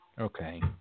Okay